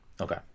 okay